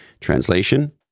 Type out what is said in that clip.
Translation